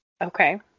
Okay